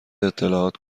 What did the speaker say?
اطلاعات